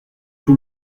tout